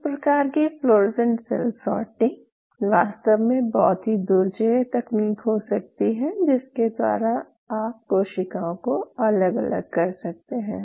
इस प्रकार की फ्लोरोसेंट सेल सॉर्टिंग वास्तव में बहुत ही दुर्जेय तकनीक हो सकती है जिसके द्वारा आप कोशिकाओं को अलग अलग कर सकते हैं